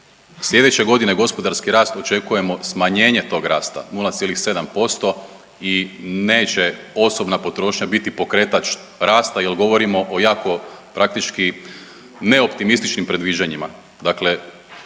slijedeće godine gospodarski rast očekujemo smanjenje tog rasta 0,7% i neće osobna potrošnja biti pokretač rasta jer govorimo o jako praktički ne optimističnim predviđanjima.